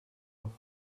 off